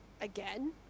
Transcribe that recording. again